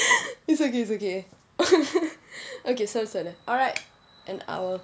it's okay it's okay okay so set ah alright an hour